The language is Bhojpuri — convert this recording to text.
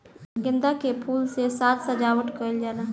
गेंदा के फूल से साज सज्जावट कईल जाला